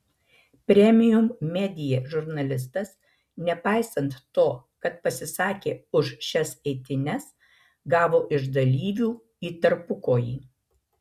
premium media žurnalistas nepaisant to kad pasisakė už šias eitynes gavo iš dalyvių į tarpukojį